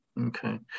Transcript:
Okay